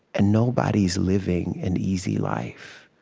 and nobody's living an easy life.